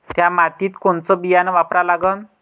थ्या मातीत कोनचं बियानं वापरा लागन?